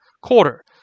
quarter